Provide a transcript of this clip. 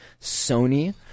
Sony